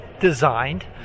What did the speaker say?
designed